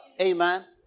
Amen